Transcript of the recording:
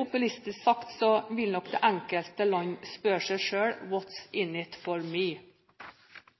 Populistisk sagt vil nok det enkelte land spørre seg selv: What’s in it for me?